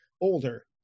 older